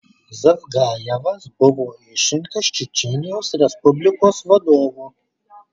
zavgajevas buvo išrinktas čečėnijos respublikos vadovu